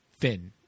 fin